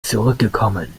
zurückgekommen